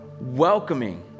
welcoming